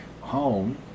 home